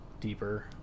deeper